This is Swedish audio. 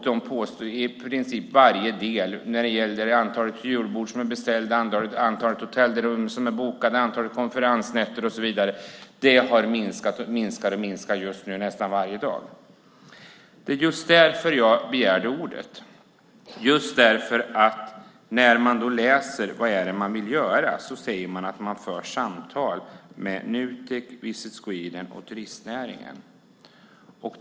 De sade att antalet beställda julbord, antalet bokade hotellrum, antalet bokade konferensnätter och så vidare har minskat. Det var just därför som jag begärde ordet. När jag läser vad regeringen vill göra sägs det att man för samtal med Nutek, Visit Sweden och turistnäringen.